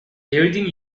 everything